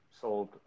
sold